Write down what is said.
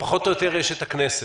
פחות או יותר יש את הכנסת.